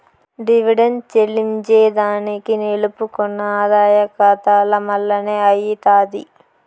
dividend చెల్లింజేదానికి నిలుపుకున్న ఆదాయ కాతాల మల్లనే అయ్యితాది